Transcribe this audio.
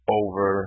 over